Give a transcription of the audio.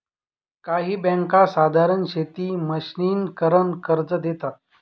काही बँका साधारण शेती मशिनीकरन कर्ज देतात